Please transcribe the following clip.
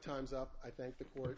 time's up i think the court